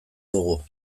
dugu